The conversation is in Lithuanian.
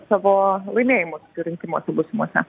savo laimėjimus rinkimuose būsimuose